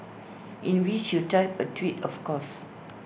in which you typed A twit of course